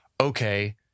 okay